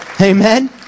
Amen